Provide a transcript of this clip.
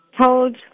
told